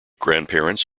grandparents